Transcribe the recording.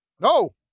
no